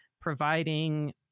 providing